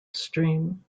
stream